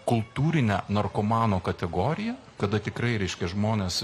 kultūrine narkomano kategorija kada tikrai reiškia žmonės